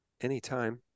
Anytime